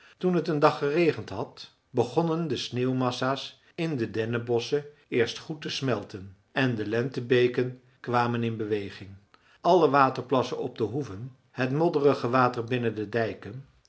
toen het een dag geregend had begonnen de sneeuwmassa's in de dennenbosschen eerst goed te smelten en de lentebeken kwamen in beweging alle waterplassen op de hoeven het modderige water binnen de dijken